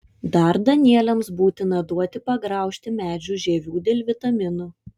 dar danieliams būtina duoti pagraužti medžių žievių dėl vitaminų